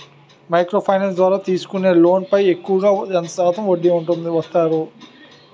Micro finance ద్వారా తీసుకునే loan పై ఎక్కువుగా ఎంత శాతం వడ్డీ వేస్తారు?